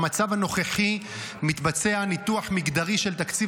במצב הנוכחי מתבצע ניתוח מגדרי של תקציב